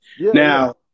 Now